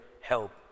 help